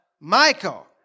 Michael